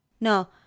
No